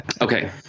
okay